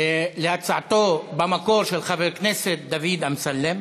להצעתו במקור של חבר הכנסת דוד אמסלם,